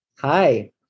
Hi